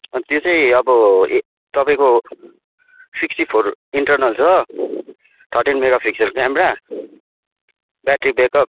अन्त त्यो चाहिँ अब ए तपाईँको सिक्सटी फोर इन्टरनल छ thirteen mega pixel camera battery backup